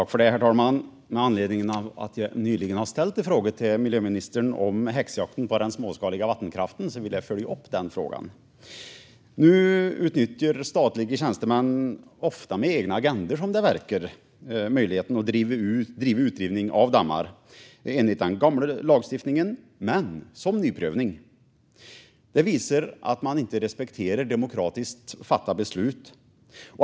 Herr talman! Med anledning av att jag nyligen ställt en fråga till miljöministern om häxjakten på den småskaliga vattenkraften vill jag följa upp den frågan. Nu utnyttjar statliga tjänstemän, ofta med egna agendor som det verkar, möjligheten att driva utrivning av dammar enligt den gamla lagstiftningen - men som nyprövning. Det visar att man inte respekterar demokratiskt fattade beslut.